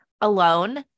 alone